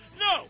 No